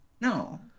No